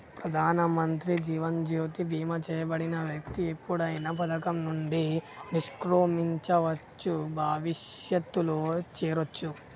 ప్రధానమంత్రి జీవన్ జ్యోతి బీమా చేయబడిన వ్యక్తి ఎప్పుడైనా పథకం నుండి నిష్క్రమించవచ్చు, భవిష్యత్తులో చేరొచ్చు